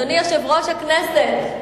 אדוני יושב-ראש הכנסת,